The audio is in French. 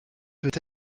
peut